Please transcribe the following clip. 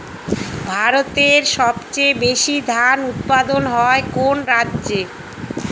ভারতের সবচেয়ে বেশী ধান উৎপাদন হয় কোন রাজ্যে?